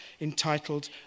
entitled